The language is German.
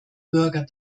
bürger